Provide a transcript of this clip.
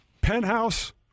penthouse